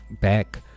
back